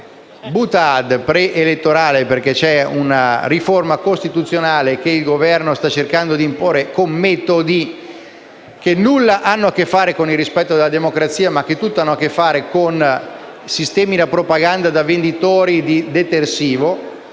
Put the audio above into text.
boutade preelettorale. Siamo di fronte ad una riforma costituzionale che il Governo sta cercando di imporre con metodi che nulla hanno a che fare con il rispetto della democrazia, ma che tutto hanno a che fare con sistemi di propaganda da venditori di detersivo,